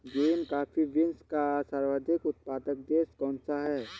Green coffee beans का सर्वाधिक उत्पादक देश कौन सा है?